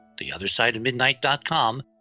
theothersideofmidnight.com